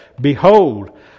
Behold